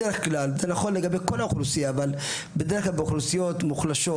בדרך כלל אבל זה נכון לגבי כל האוכלוסייה באוכלוסיות מוחלשות,